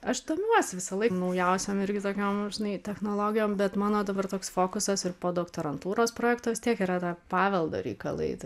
aš domiuosi visąlaik naujausiom irgi tokiom žinai technologijom bet mano dabar toks fokusas ir po doktorantūros projekto vis tiek yra ta paveldo reikalai